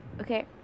okay